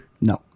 no